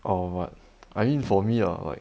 or what I mean for me ah like